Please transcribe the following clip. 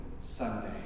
Sunday